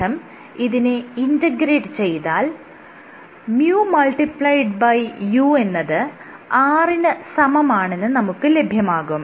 ശേഷം ഇതിനെ ഇന്റഗ്രേറ്റ് ചെയ്താൽ µu എന്നത് r ന് സമമാണെന്ന് നമുക്ക് ലഭ്യമാകും